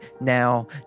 now